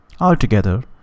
Altogether